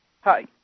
Hi